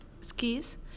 skis